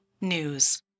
news